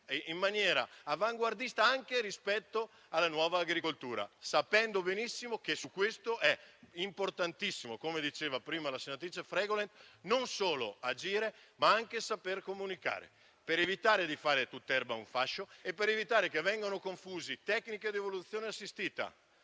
in maniera avanguardista anche rispetto alla nuova agricoltura, sapendo benissimo che su questo è importantissimo, come diceva prima la senatrice Fregolent, non solo agire, ma anche saper comunicare, per evitare di fare di tutta l'erba un fascio e per evitare che le tecniche d'evoluzione assistita